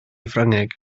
ffrangeg